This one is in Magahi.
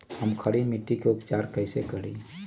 हम खड़ी मिट्टी के उपचार कईसे करी?